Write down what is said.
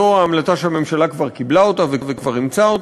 זו המלצה שהממשלה כבר קיבלה וכבר אימצה,